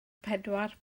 pedwar